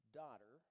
daughter